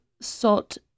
sought